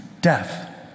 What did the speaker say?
death